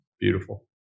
beautiful